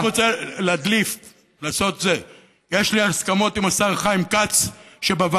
אני רק רוצה להדליף: יש לי הסכמות עם השר חיים כץ שבוועדה